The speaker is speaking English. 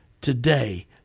Today